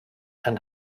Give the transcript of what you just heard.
and